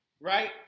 Right